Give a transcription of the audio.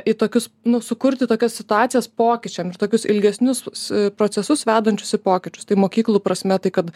į tokius nu sukurti tokias situacijas pokyčiams tokius ilgesnius procesus vedančius į pokyčius tai mokyklų prasme tai kad